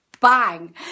bang